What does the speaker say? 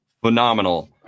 phenomenal